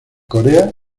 corea